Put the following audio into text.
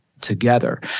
together